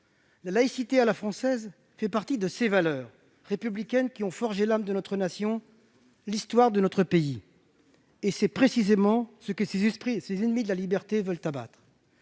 La laïcité à la française fait partie de ces valeurs républicaines qui ont forgé l'âme de notre nation et l'histoire de notre pays et que, précisément, les ennemis de la liberté veulent abattre.